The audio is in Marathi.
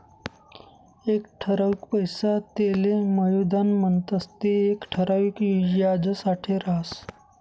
एक ठरावीक पैसा तेले मुयधन म्हणतंस ते येक ठराविक याजसाठे राहस